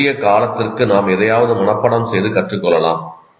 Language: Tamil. ஒரு குறுகிய காலத்திற்கு நாம் எதையாவது மனப்பாடம் செய்து கற்றுக்கொள்ளலாம்